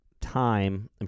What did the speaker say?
time